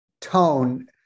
tone